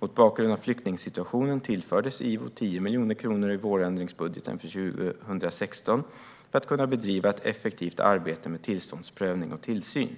Mot bakgrund av flyktingsituationen tillfördes IVO 10 miljoner kronor i vårändringsbudgeten för 2016 för att kunna bedriva ett effektivt arbete med tillståndsprövning och tillsyn.